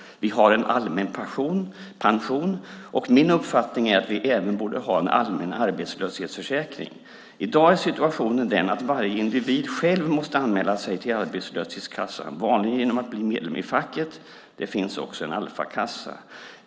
Vi har en allmän pension. Min uppfattning är att vi även borde ha en allmän arbetslöshetsförsäkring. I dag är situationen den att varje individ själv måste anmäla sig till arbetslöshetskassan, vanligen genom att bli medlem i facket. Där finns också Alfakassan.